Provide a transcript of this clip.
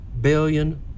billion